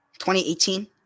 2018